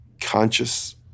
conscious